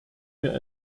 wir